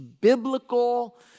biblical